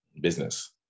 business